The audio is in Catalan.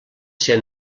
ser